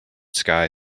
sky